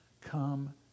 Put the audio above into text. come